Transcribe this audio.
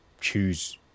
choose